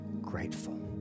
grateful